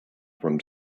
from